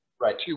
Right